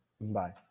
Bye